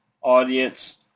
audience